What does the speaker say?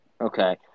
Okay